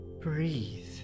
breathe